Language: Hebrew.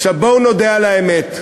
עכשיו, בואו נודה על האמת: